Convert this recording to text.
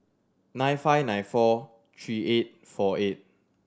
nine five nine four three eight four eight